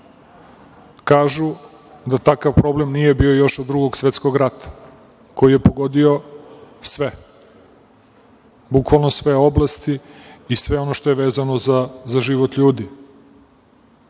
Kažu da takav problem nije bio još od Drugog svetskog rata, koji je pogodio sve, bukvalno sve oblasti i sve ono što je vezano za život